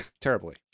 Terribly